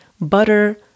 butter